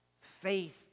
Faith